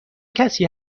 کسی